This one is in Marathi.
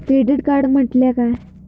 क्रेडिट कार्ड म्हटल्या काय?